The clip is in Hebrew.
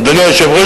אדוני היושב-ראש,